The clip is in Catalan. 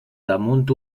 damunt